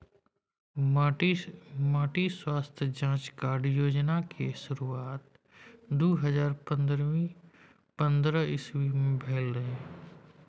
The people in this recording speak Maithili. माटि स्वास्थ्य जाँच कार्ड योजना केर शुरुआत दु हजार पंद्रह इस्बी मे भेल रहय